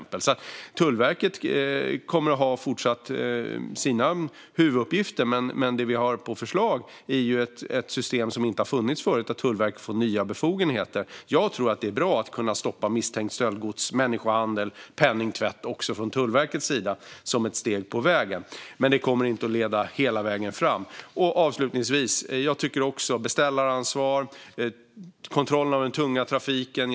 Tullverket kommer att fortsätta ha sina huvuduppgifter. Men det vi har på förslag är ett system som inte har funnits förut. Tullverket får nya befogenheter. Jag tror att det är bra att även kunna stoppa misstänkt stöldgods, människohandel och penningtvätt från Tullverkets sida som ett steg på vägen. Men det kommer inte att leda hela vägen fram. Jag håller också med när det gäller beställaransvar och kontrollen av den tunga trafiken.